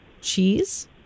cheese